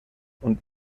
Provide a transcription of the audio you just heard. und